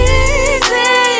easy